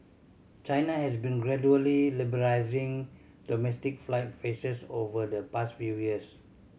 China has been gradually liberalising domestic flight faces over the past few years